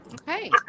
Okay